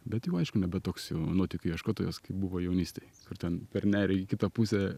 bet jau aišku nebe toks jau nuotykių ieškotojas kaip buvo jaunystėj kur ten per nerį į kitą pusę